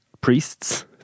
priests